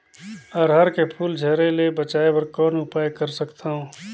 अरहर के फूल झरे ले बचाय बर कौन उपाय कर सकथव?